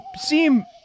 seem